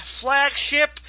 flagship